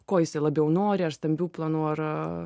ko jisai labiau nori ar stambių planų ar